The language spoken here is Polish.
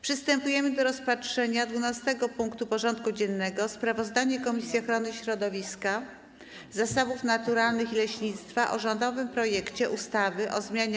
Przystępujemy do rozpatrzenia punktu 12. porządku dziennego: Sprawozdanie Komisji Ochrony Środowiska, Zasobów Naturalnych i Leśnictwa o rządowym projekcie ustawy o zmianie